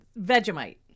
Vegemite